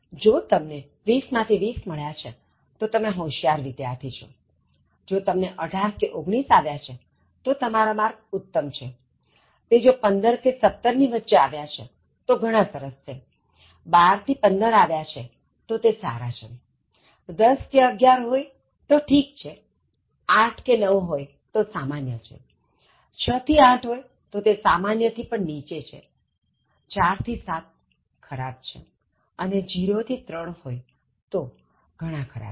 જો તમને 20 માંથી 20 મળ્યા છેતો તમે હોશિયાર વિદ્યાર્થી છોજો તમને 18 કે 19 આવ્યા છે તો તમારા માર્ક ઉત્તમ છે તે જો15 કે 17 ની વચ્ચે આવ્યા છે તો ઘણા સરસ છે12 થી 15 આવ્યા છે તો તે સારા છે10 કે 11 હોય તો ઠીક છે 8 કે 9 હોય તો સામાન્ય 6 થી 8 હોય તો તે સામાન્ય થી પણ નીચે4 થી 7 ખરાબ અને 0 થી 3 હોય તો ઘણા ખરાબ છે